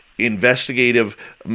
Investigative